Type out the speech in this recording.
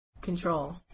control